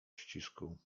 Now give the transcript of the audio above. ścisku